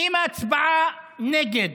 אם ההצבעה נגד